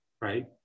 Right